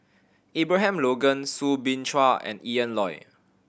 Abraham Logan Soo Bin Chua and Ian Loy